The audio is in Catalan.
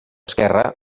esquerre